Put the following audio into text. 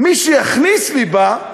מי שיכניס ליבה,